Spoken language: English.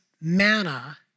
manna